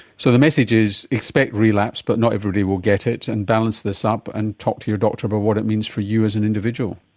so the message is expect relapse but not everybody will get it, and balance this up and talk to your doctor about what it means for you as an individual.